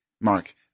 Mark